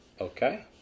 Okay